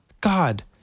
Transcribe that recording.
God